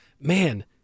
man